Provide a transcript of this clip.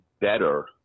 better